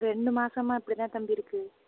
ரெண்டு மாதமா இப்படி தான் தம்பி இருக்குது